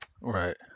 Right